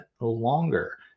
longer